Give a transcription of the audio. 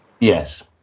Yes